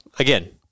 Again